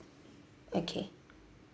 okay